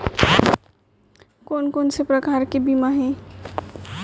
कोन कोन से प्रकार के बीमा हे?